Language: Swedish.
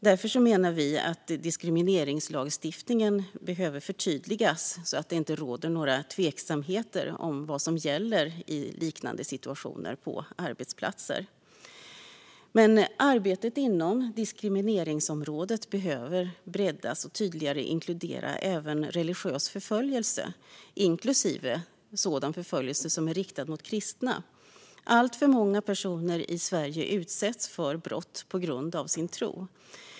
Därför menar vi att diskrimineringslagstiftningen behöver förtydligas, så att det inte råder några tveksamheter om vad som gäller i liknande situationer på arbetsplatser. Arbetet inom diskrimineringsområdet behöver breddas och tydligare inkludera även religiös förföljelse, inklusive sådan förföljelse som är riktad mot kristna. Många personer i Sverige utsätts för brott på grund av sin tro.